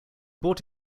bought